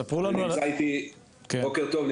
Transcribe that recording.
בוקר טוב,